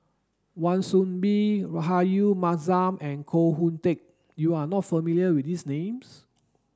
Wan Soon Bee Rahayu Mahzam and Koh Hoon Teck you are not familiar with these names